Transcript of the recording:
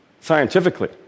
scientifically